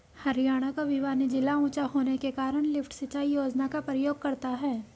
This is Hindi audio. हरियाणा का भिवानी जिला ऊंचा होने के कारण लिफ्ट सिंचाई योजना का प्रयोग करता है